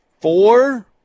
four